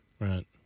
right